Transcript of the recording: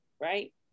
right